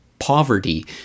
poverty